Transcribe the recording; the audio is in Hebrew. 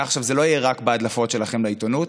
מעכשיו זה לא יהיה רק בהדלפות שלכם לעיתונות,